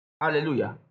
Hallelujah